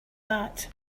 that